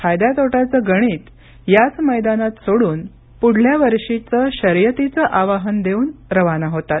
फायदा तोट्याचं गणित याच मैदानात सोडून पुढल्या वर्षीचे शर्यतींचं आवाहन देऊन रवाना होतात